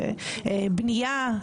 ובנייה.